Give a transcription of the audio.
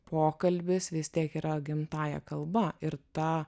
pokalbis vis tiek yra gimtąja kalba ir ta